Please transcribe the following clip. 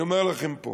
אני אומר לכם פה